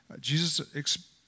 Jesus